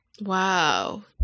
Wow